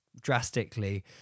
drastically